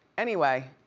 anyway,